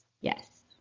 Yes